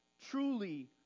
truly